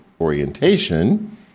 orientation